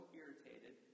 irritated